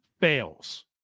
fails